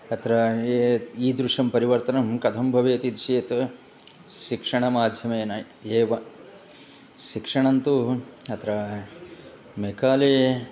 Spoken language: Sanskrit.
अत्र ये ये ईदृशं परिवर्तनं कथं भवेदिति चेत् शिक्षण माध्यमेन एव शिक्षणन्तु अत्र मेकाले